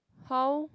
how